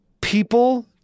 people